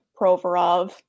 Provorov